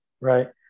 Right